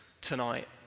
tonight